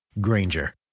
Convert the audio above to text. Granger